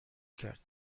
کرد